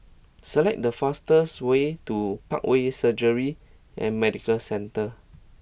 select the fastest way to Parkway Surgery and Medical Centre